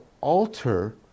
alter